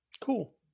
Cool